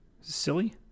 silly